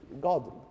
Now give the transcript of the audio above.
God